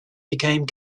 became